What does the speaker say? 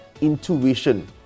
intuition